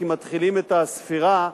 כי מתחילים את הספירה,